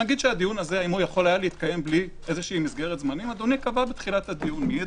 נאמר שהדיון הזה אדוני קבע בתחילת הדיון מי ידבר,